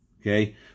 Okay